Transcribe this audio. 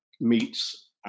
meets